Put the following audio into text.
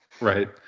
Right